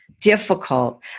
difficult